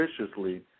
viciously